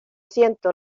siento